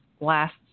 last